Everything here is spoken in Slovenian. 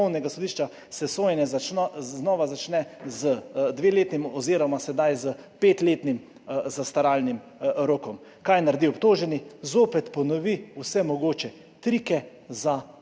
se sojenje znova začne z dveletnim oziroma sedaj s petletnim zastaralnim rokom. Kaj naredi obtoženi? Zopet ponovi vse mogoče trike za